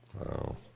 Wow